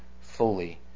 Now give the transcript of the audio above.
fully